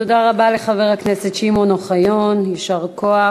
תודה רבה לחבר הכנסת שמעון אוחיון, יישר כוח.